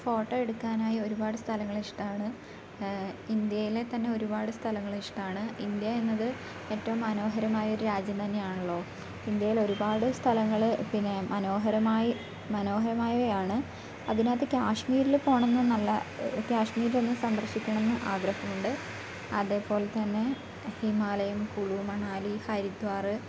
photo എടുക്കാനായി ഒരുപാട് സ്ഥലങ്ങളിഷ്ടാണ് ഇന്ത്യയിലെ തന്നെ ഒരുപാട് സ്ഥലങ്ങൽ ഇഷ്ടമാണ് ഇന്ത്യ എന്നത് ഏറ്റവും മനോഹരമായൊരു രാജ്യം തന്നെ ആണല്ലോ ഇന്ത്യയിലൊരുപാട് സ്ഥലങ്ങള് പിന്നെ മനോഹരമായി മനോഹരമായവയാണ് അതിനകത്ത് കാശ്മീരില് പോകണം എന്ന് നല്ല കാശ്മീരൊന്ന് സന്ദർശിക്കണം എന്ന് ആഗ്രഹമുണ്ട് അതേപോലെ തന്നെ ഹിമാലയം കുളു മണാലി ഹരിദ്വാറ്